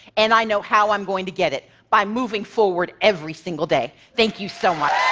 and i know how i'm going to get it by moving forward every single day. thank you so much.